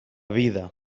vida